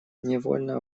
невольно